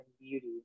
beauty